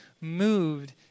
moved